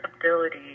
ability